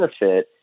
benefit